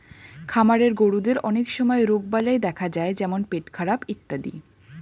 খামারের গরুদের অনেক সময় রোগবালাই দেখা যায় যেমন পেটখারাপ ইত্যাদি